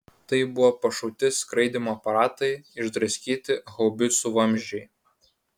tai buvo pašauti skraidymo aparatai išdraskyti haubicų vamzdžiai